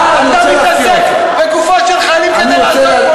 אתם יכולים לצחוק עד מחר, וזה עושה השוויון